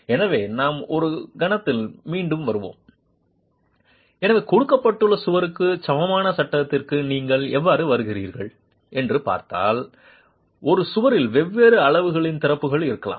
எனவே நாம் ஒரு கணத்தில் மீண்டும் வருவோம் எனவே கொடுக்கப்பட்ட சுவருக்கு சமமான சட்டகத்திற்கு நீங்கள் எவ்வாறு வருகிறீர்கள் என்று பார்த்தால் ஒரு சுவரில் வெவ்வேறு அளவுகளின் திறப்புகள் இருக்கலாம்